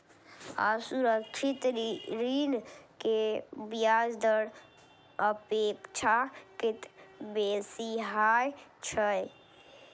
असुरक्षित ऋण के ब्याज दर अपेक्षाकृत बेसी होइ छै